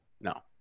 No